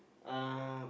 uh